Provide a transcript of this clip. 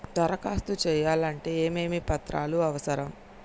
దరఖాస్తు చేయాలంటే ఏమేమి పత్రాలు అవసరం?